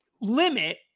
limit